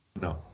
No